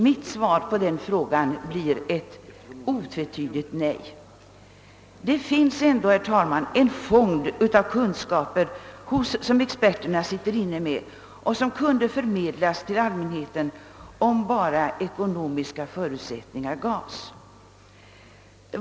Mitt svar på den frågan blir ett otvetydigt nej. Det finns ändå, herr talman, en fond av kunskaper som experterna sitter inne med och som kunde förmedlas till allmänheten. om bara ekonomiska förutsättningar vore för handen.